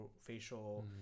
facial